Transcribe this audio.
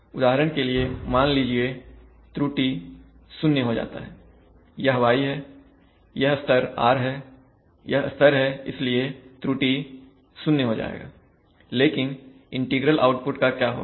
उदाहरण के लिए मान लीजिए त्रुटि 0 हो जाता है यह y है यह स्तर r है यह स्तर है इसलिए यहां त्रुटि 0 हो जाएगा लेकिन इंटीग्रल आउटपुट क्या होगा